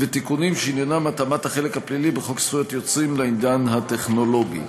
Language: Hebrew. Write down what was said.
ותיקונים שעניינם התאמת החלק הפלילי בחוק זכות יוצרים לעידן הטכנולוגי.